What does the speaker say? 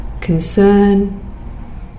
concern